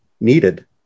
needed